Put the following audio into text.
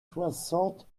soixante